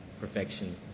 perfection